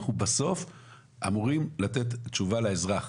אנחנו בסוף אמורים לתת תשובה לאזרח.